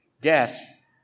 death